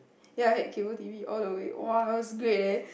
ya I had cable T_V all the way !wah! it was great leh